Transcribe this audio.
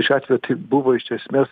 šiuo atveju tai buvo iš esmės